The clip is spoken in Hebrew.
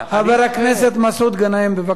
למה השהידים נמצאים רק